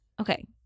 okay